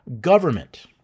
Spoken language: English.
government